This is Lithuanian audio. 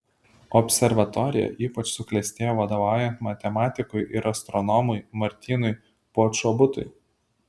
observatorija ypač suklestėjo vadovaujant matematikui ir astronomui martynui počobutui